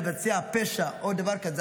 לבצע פשע או דבר כזה,